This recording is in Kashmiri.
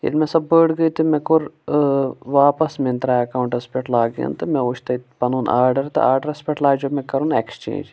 ییٚلہِ مےٚ سۄ بٔڑ گٔیہِ تہٕ مےٚ کوٚر واپَس مِنترٛا اٮ۪کاوٹَس پٮ۪ٹھ لاگ اِن تہٕ مےٚ وٕچھ تَتہِ پَنُن آرڈَر تہٕ آرڈرَس پٮ۪ٹھ لاجیو مےٚ کَرُن اٮ۪کٕس چینٛج